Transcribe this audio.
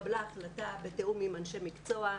התקבלה החלטה בתיאום עם אנשי מקצוע,